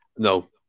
No